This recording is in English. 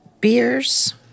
beers